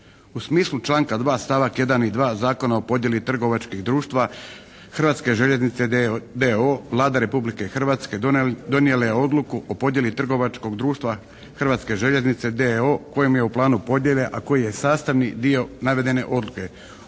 U smislu članka 2., stavak 1. i 2. Zakona o podjeli trgovačkih društva Hrvatske željeznice d.o.o. Vlada Republike Hrvatske donijela je Odluku o podjeli trgovačkog društva Hrvatske željeznice d.o.o. kojim je u planu podjele a koji je sastavni dio navedene odluke.